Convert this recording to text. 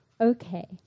okay